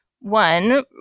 one